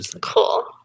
Cool